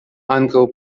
ankaŭ